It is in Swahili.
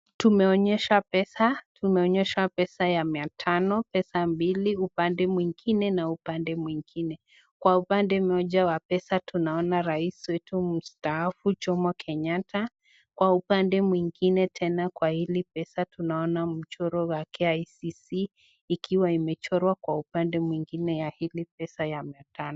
Tumeonyeshwa pesa. Tumeonyeshwa pesa ya mia tano pesa mbili, upande mwingine na upande mwingine. Kwa upande moja wa pesa tunaona rais wetu mustaafu, Jomo Kenyatta, kwa upande mwingine tena kwa hili pesa tunaona mchoro wa KICC ikiwa imechorwa kwa upande mwingine wa hili pesa ya mia tano.